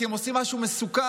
כי הם עושים משהו מסוכן.